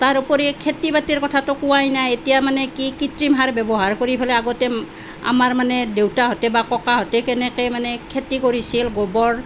তাৰ উপৰি খেতি বাতিৰ কথাটো কোৱাই নাই এতিয়া মানে কি কৃত্ৰিম সাৰ ব্যৱহাৰ কৰি পেলাই আগতে আমাৰ মানে দেউতাহঁতে বা ককাহঁতে কেনেকৈ মানে খেতি কৰিছিল গোবৰ